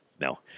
No